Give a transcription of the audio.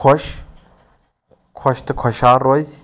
خۄش خۄش تہٕ خۄشحال روزِ